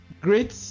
Great